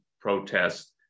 protests